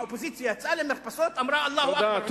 האופוזיציה יצאה למרפסות אמרה "אללה אכבר"